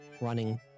running